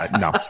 No